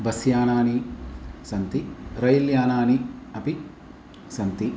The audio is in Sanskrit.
बस् यानानि सन्ति रैल् यानानि अपि सन्ति